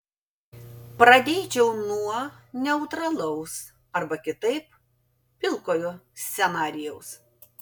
pradėčiau nuo neutralaus arba kitaip pilkojo scenarijaus